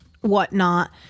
whatnot